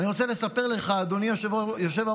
אני רוצה לספר לך, אדוני היושב-ראש,